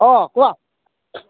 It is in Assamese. অঁ কোৱা